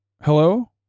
Hello